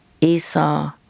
Esau